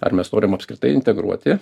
ar mes norim apskritai integruoti